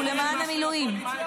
הוא למען המילואים.